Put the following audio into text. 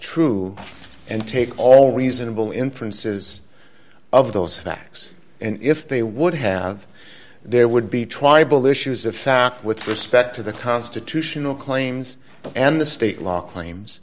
true and take all reasonable inferences of those facts and if they would have there would be tribal issues of fact with respect to the constitutional claims and the state law claims